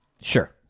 sure